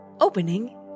Opening